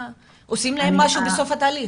עושים להם משהו בסוף התהליך?